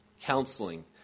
counseling